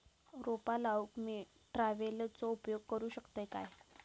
रोपा लाऊक मी ट्रावेलचो उपयोग करू शकतय काय?